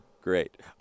Great